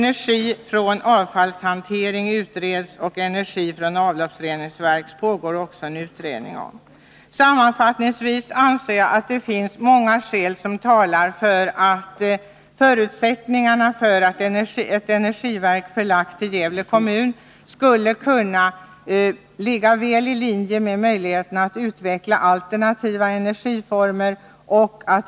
Vidare utreds energi från avfallshantering. Slutligen pågår det också en utredning om Sammanfattningsvis anser jag att det finns många skäl som talar för att förutsättningarna för att ett energiverk förlagt till Gävle kommun skulle kunna ligga väl i linje med möjligheterna att utveckla alternativa energiformer.